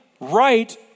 right